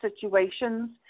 situations